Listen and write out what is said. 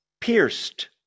Pierced